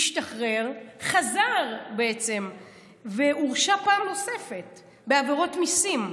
השתחרר, חזר והורשע פעם נוספת בעבירות מיסים.